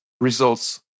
results